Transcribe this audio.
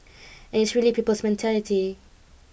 and it is really people's mentality